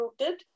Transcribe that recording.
rooted